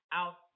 out